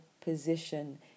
position